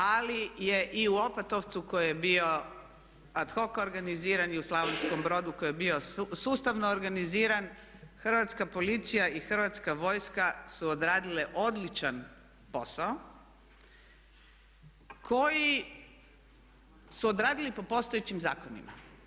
Ali je i u Opatovcu koji je bio ad hoc organiziran i u Slavonskom Brodu koji je bio sustavno organiziran Hrvatska policija i Hrvatska vojska su odradile odličan posao koji su odradile po postojećim zakonima.